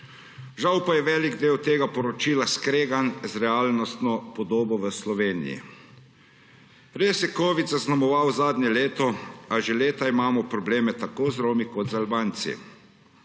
Žal pa je velik del tega poročila skregan z realno podobo v Sloveniji. Res je covid zaznamoval zadnje leto, a že leta imamo probleme tako z Romi kot z Albanci.